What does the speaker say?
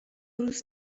روز